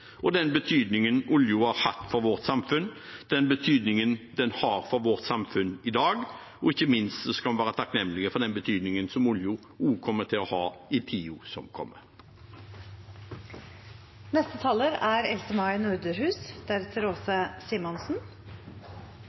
og den betydningen oljen har hatt for vårt samfunn, den betydningen den har for vårt samfunn i dag, og ikke minst skal vi være takknemlige for den betydningen som oljen kommer til å ha i tiden som kommer.